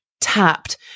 tapped